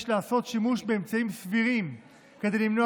יש לעשות שימוש באמצעים סבירים כדי למנוע